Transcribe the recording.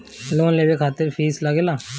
Loan लेवे खातिर fees लागेला?